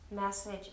message